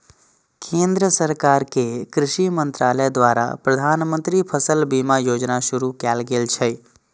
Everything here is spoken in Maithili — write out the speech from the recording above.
केंद्र सरकार के कृषि मंत्रालय द्वारा प्रधानमंत्री फसल बीमा योजना शुरू कैल गेल छै